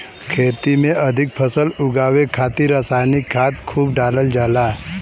खेती में अधिक फसल उगावे खातिर रसायनिक खाद खूब डालल जाला